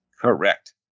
Correct